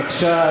בבקשה,